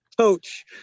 Coach